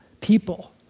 people